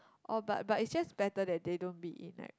oh but but it's just better that they don't be in right